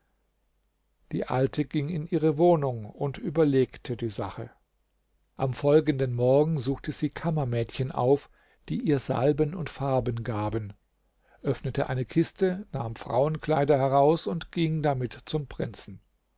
die alte ging in ihre wohnung und überlegte die sache am folgenden morgen suchte sie kammermädchen auf die ihr salben und farben gaben öffnete eine kiste nahm frauenkleider heraus und ging damit zum prinzen